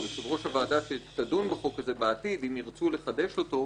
או כיושב-ראש הוועדה שתדון בחוק הזה בעתיד אם ירצו לחדש אותו,